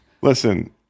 listen